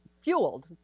fueled